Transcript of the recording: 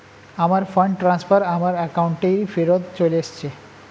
আমার fund transfer আমার অ্যাকাউন্টেই ফেরত চলে এসেছে